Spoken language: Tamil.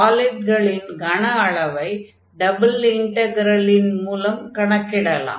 சாலிட்களின் கன அளவை டபுள் இன்டக்ரலின் மூலம் கணக்கிடலாம்